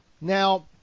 Now